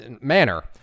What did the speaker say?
manner